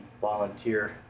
volunteer